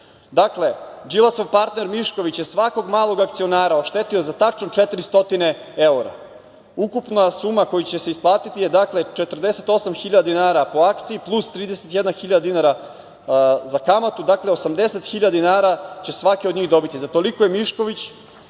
dinar. Dakle, Đilasov partner Mišković je svakog malog akcionara oštetio za tačno 400 evra. Ukupna suma koja će se isplatiti je 48.000 dinara po akciji, plus 31.000 dinara za kamatu, dakle 80.000 dinara će svaki od njih dobiti. Za toliko je Mišković,